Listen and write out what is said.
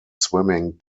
swimming